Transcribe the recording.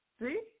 See